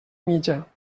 mitja